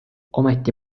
ometi